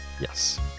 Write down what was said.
Yes